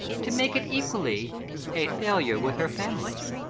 to make it equally a failure with her family.